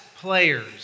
players